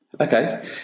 Okay